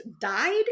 died